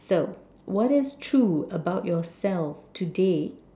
so what is true about yourself today